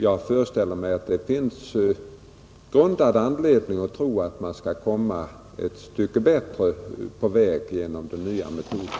Jag föreställer mig att det finns grundad anledning tro att man skall komma ett stycke längre på väg genom den nya metoden.